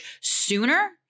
sooner